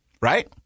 Right